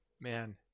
Man